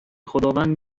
خداوند